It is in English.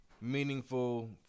meaningful